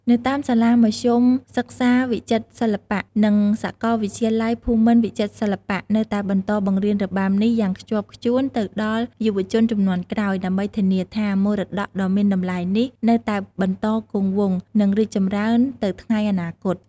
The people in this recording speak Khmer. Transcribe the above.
នៅតាមសាលាមធ្យមសិក្សាវិចិត្រសិល្បៈ និងសាកលវិទ្យាល័យភូមិន្ទវិចិត្រសិល្បៈ នៅតែបន្តបង្រៀនរបាំនេះយ៉ាងខ្ជាប់ខ្ជួនទៅដល់យុវជនជំនាន់ក្រោយ ដើម្បីធានាថា មរតកដ៏មានតម្លៃនេះនៅតែបន្តគង់វង្ស និងរីកចម្រើនទៅថ្ងៃអនាគត។